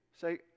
Say